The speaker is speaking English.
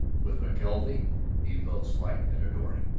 with mckelvey he felt slight and adoring.